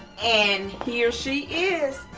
and here she is,